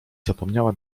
zapomniała